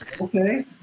Okay